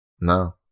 No